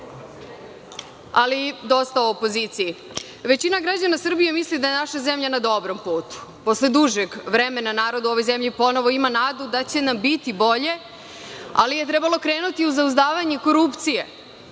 Ali, dosta o opoziciji. Većina građana Srbije misli da je naša zemlja na dobrom putu. Posle dužeg vremena narod u ovoj zemlji ponovo ima nadu da će nam biti bolje, ali je trebalo krenuti u zauzdavanje korupcije,